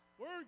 Word